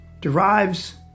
derives